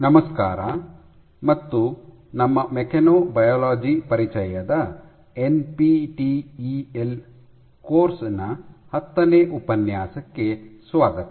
ನಮಸ್ಕಾರ ಮತ್ತು ನಮ್ಮ ಮೆಕ್ಯಾನೊಬಯಾಲಜಿ ಪರಿಚಯದ ಎನ್ಪಿಟಿಇಎಲ್ ಕೋರ್ಸ್ ನ ಹತ್ತನೇ ಉಪನ್ಯಾಸಕ್ಕೆ ಸ್ವಾಗತ